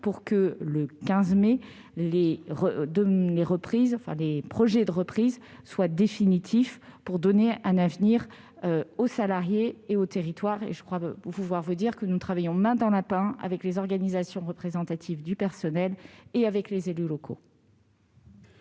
pour que, le 15 mai, les projets de reprise soient définitifs, afin de donner un avenir aux salariés et au territoire. Nous travaillons main dans la main avec les organisations représentatives du personnel et les élus locaux.